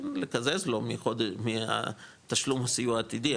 לקזז לו מהתשלום הסיוע העתידי,